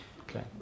Okay